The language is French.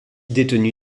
détenu